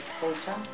culture